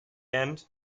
end